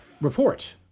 Report